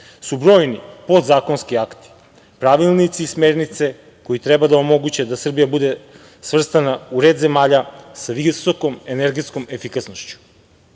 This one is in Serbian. su brojni podzakonski akti, pravilnici i smernice koji treba da omoguće da Srbija bude svrstana u red zemalja sa visokom energetskom efikasnošću. Ovo